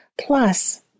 Plus